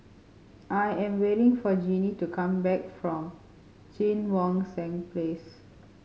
I am waiting for Jinnie to come back from Cheang Wan Seng Place